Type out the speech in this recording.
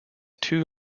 two